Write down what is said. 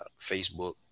Facebook